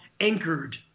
anchored